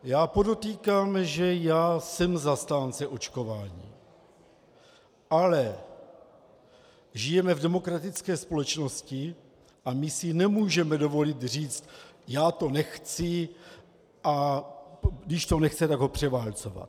Já podotýkám, že jsem zastáncem očkování, ale žijeme v demokratické společnosti a my si nemůžeme dovolit říct já to nechci, a když to nechce, tak ho převálcovat.